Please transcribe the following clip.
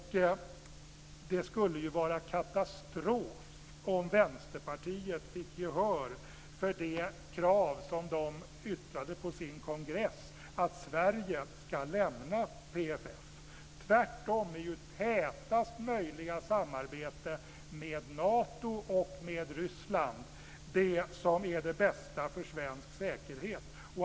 Det skulle vara katastrof om man i Vänsterpartiet fick gehör för det krav man yttrade på sin kongress att Sverige ska lämna PFF. Tvärtom är ju tätast möjliga samarbete med Nato och med Ryssland det som är det bästa för svensk säkerhet.